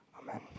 Amen